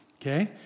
okay